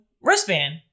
wristband